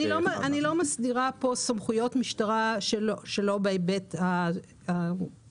אני לא מסדירה כאן סמכויות משטרה שלא בהיבט התנועתי,